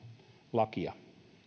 lakia